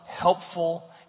helpful